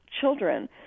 children